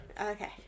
Okay